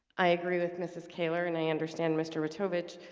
i agree with ms. kaylor and i understand mr. wojtovich